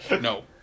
No